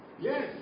Yes